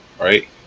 right